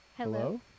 Hello